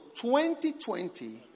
2020